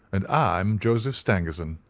and i'm joseph stangerson,